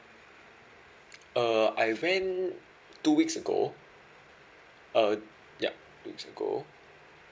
uh I went two weeks ago uh ya two weeks ago